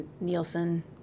Nielsen